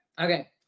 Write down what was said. Okay